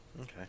okay